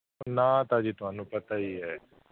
ਨਾਂ ਤਾਂ ਜੀ ਤੁਹਾਨੂੰ ਪਤਾ ਹੀ ਹੈ